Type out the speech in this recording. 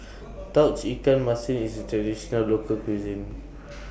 Tauge Ikan Masin IS A Traditional Local Cuisine